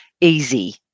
easy